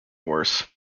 worse